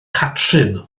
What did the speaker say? catrin